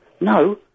No